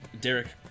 Derek